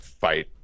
fight